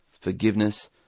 forgiveness